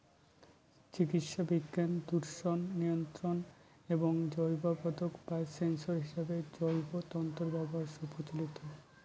চিকিৎসাবিজ্ঞান, দূষণ নিয়ন্ত্রণ এবং জৈববোধক বা সেন্সর হিসেবে জৈব তন্তুর ব্যবহার সুপ্রচলিত